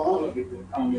רמ"ח ברה"ן, בבקשה.